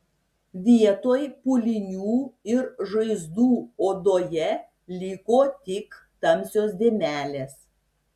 vietoj pūlinių ir žaizdų odoje liko tik tamsios dėmelės